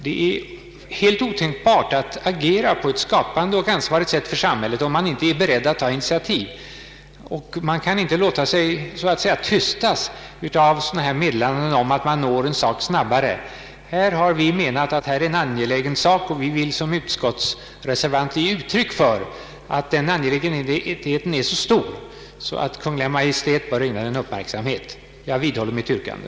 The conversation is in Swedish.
Det är otänkbart att kunna agera på ett skapande och ansvarigt sätt för samhället om man inte är beredd att ta ini tiativ. Man kan inte så att säga låta sig tystas ner av påståenden om att man når ett mål snabbare på annat sätt. Vi menar att detta är en angelägen sak, och vi vill som reservanter ge uttryck för att frågan är så angelägen att Kungl. Maj:t bör ägna den uppmärksamhet. Jag vidhåller mitt yrkande.